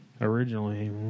originally